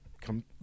come